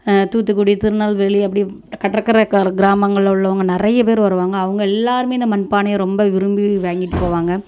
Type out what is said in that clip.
தூத்துக்குடி திருநெல்வேலி அப்படி கடற்கரை கிரா கிராமங்கள்ல உள்ளவங்க நிறைய பேர் வருவாங்க அவங்க எல்லாருமே இந்த மண்பானையை ரொம்ப விரும்பி வாங்கிட்டு போவாங்க